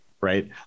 Right